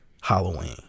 Halloween